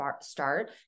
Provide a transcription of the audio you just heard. start